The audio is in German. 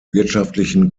wirtschaftlichen